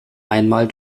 einmal